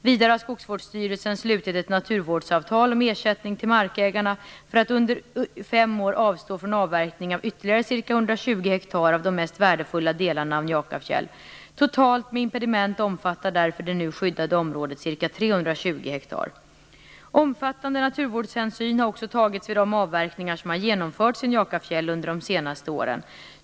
Vidare har Skogsvårdsstyrelsen slutit ett naturvårdsavtal om ersättning till markägarna för att under fem år avstå från avverkning av ytterligare ca Totalt med impediment omfattar därför det nu skyddade området ca 320 ha. Omfattande naturvårdshänsyn har också tagits vid de avverkningar som har genomförts i Njakafjäll under de senaste åren.